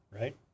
right